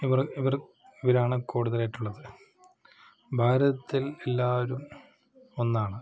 ഇവര് ഇവര് ഇവരാണ് കൂടുതലായിട്ടുള്ളത് ഭാരതത്തില് എല്ലാവരും ഒന്നാണ്